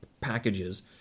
packages